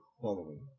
following